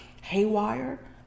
haywire